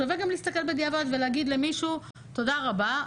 שווה גם להסתכל בדיעבד ולהגיד למישהו תודה רבה,